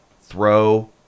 throw